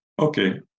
Okay